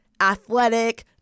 athletic